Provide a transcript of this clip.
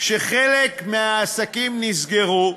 שחלק מהעסקים נסגרו,